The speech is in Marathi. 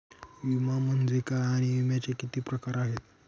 विमा म्हणजे काय आणि विम्याचे किती प्रकार आहेत?